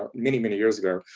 ah many, many years ago.